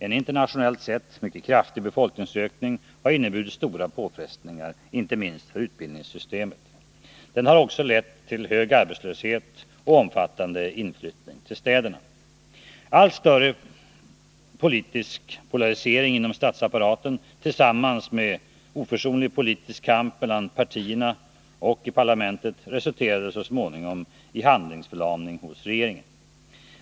En internationellt sett mycket kraftig befolkningsökning har inneburit stora påfrestningar, inte minst för utbildningssystemet. Den har också lett till hög arbetslöshet och omfattande inflyttning till städerna. Allt större politisk polarisering inom statsapparaten tillsammans med oförsonlig politisk kamp mellan partierna och i parlamentet resulterade så småningom i handlingsförlamning hos regeringen.